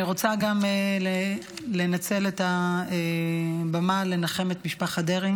אני רוצה גם לנצל את הבמה לנחם את משפחת דרעי